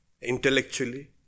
intellectually